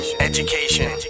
education